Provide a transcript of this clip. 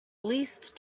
least